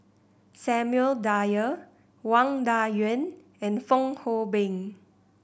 Samuel Dyer Wang Dayuan and Fong Hoe Beng